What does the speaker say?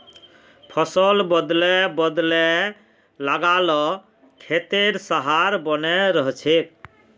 फसल बदले बदले लगा ल खेतेर सहार बने रहछेक